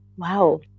Wow